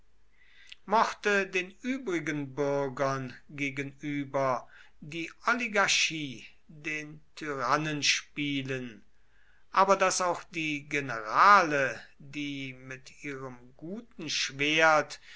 mochte den übrigen bürgern gegenüber die oligarchie den tyrannen spielen aber daß auch die generale die mit ihrem guten schwert